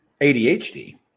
ADHD